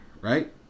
Right